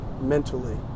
mentally